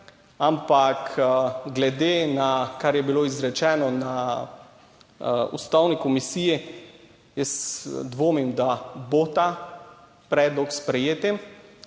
Ampak glede na kar je bilo izrečeno na Ustavni komisiji, jaz dvomim, da bo ta predlog sprejet.